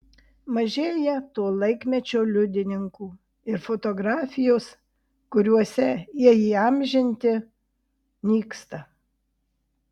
mažėja to laikmečio liudininkų ir fotografijos kuriuose jie įamžinti nyksta